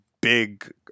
big